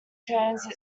transit